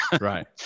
Right